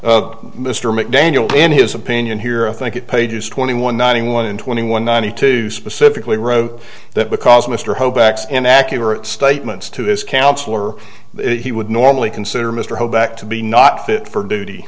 terminations mr mcdaniel in his opinion here i think it pages twenty one ninety one and twenty one ninety two specifically wrote that because mr ho backs inaccurate statements to his counselor he would normally consider mr hoback to be not fit for duty